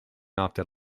after